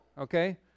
okay